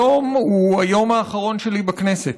היום הוא היום האחרון שלי בכנסת.